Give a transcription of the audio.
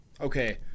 Okay